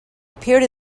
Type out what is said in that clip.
appeared